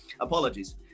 Apologies